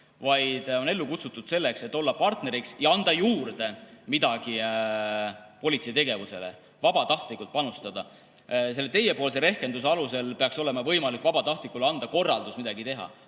vaid on ellu kutsutud selleks, et olla partneriks ja anda juurde midagi politsei tegevusele ning vabatahtlikult panustada. Selle teie rehkenduse alusel peaks olema võimalik vabatahtlikule anda korraldus midagi teha,